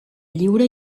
lliure